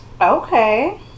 Okay